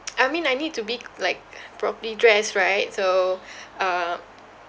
I mean I need to be like properly dressed right so um